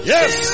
Yes